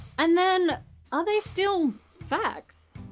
and then are they still facts?